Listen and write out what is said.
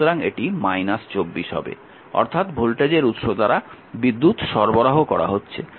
সুতরাং এটি 24 হবে অর্থাৎ ভোল্টেজের উৎস দ্বারা বিদ্যুৎ সরবরাহ করা হচ্ছে